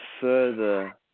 further